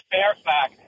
Fairfax